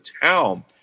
town